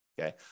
okay